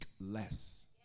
less